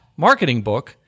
MarketingBook